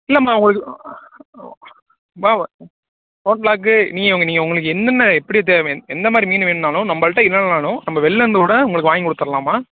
இல்லைம்மா உங்களுக்கு ம்மா போட்லாக்கு நீங்கள் உங்கள் நீங்கள் உங்களுக்கு என்னென்ன எப்படி தேவை என்ன மாதிரி மீன் வேண்ணாலும் நம்பள்கிட்ட இல்லைனாலும் நம்ப வெள்லேருந்து கூட உங்களுக்கு வாங்கி கொடுத்தர்லாம்மா